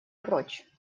прочь